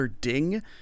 ding